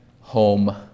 home